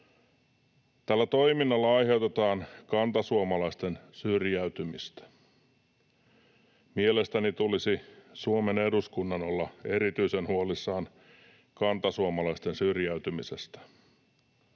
Tällä toiminnalla aiheutetaan kantasuomalaisten syrjäytymistä. Mielestäni Suomen eduskunnan tulisi olla erityisen huolissaan kantasuomalaisten syrjäytymisestä.